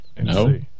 No